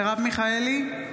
מיכאלי,